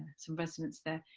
some resonance there.